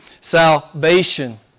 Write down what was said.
salvation